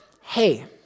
hey